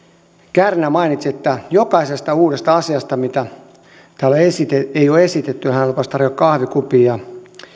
kärnä että jokaisesta uudesta asiasta mitä täällä ei ole esitetty hän lupasi tarjota kahvikupin